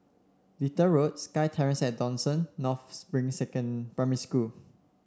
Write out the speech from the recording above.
Little Road SkyTerrace at Dawson North Spring Second Primary School